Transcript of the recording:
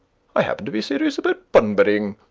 i happen to be serious about bunburying.